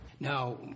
Now